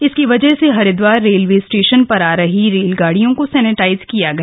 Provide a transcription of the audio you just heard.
इसकी वजह से हरिद्वार रेलवे स्टेशन पर आ रही रेलगाडियों को सेनेटाइज किया गया